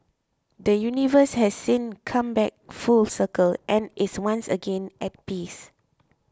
the universe has since come back full circle and is once again at peace